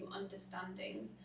understandings